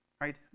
right